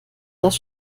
das